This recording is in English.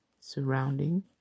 surrounding